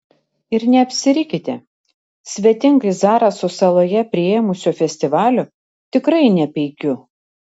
ir neapsirikite svetingai zaraso saloje priėmusio festivalio tikrai nepeikiu